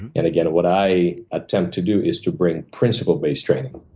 and and again, what i attempt to do is to bring principle-based training.